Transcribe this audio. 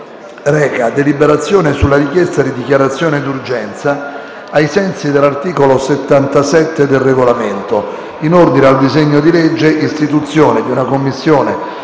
la deliberazione sulla richiesta di dichiarazione d'urgenza, ai sensi dell'articolo 77 del Regolamento, in ordine al disegno di legge n. 624. **Sull'ordine